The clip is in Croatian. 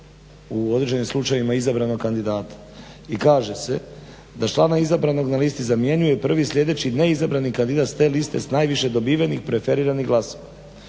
u određenim slučajevima izabranog kandidata. I kaže se da člana izabranog na listi zamjenjuje prvi sljedeći ne izabrani kandidat s te liste s najviše dobivenih preferiranih glasova.